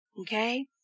Okay